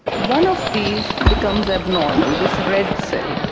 one of these becomes abnormal, this red cell,